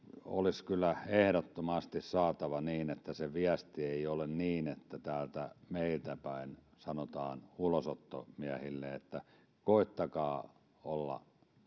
olisi kyllä ehdottomasti saatava niin että se viesti ei ole että täältä meiltäpäin sanotaan ulosottomiehille koittakaa olla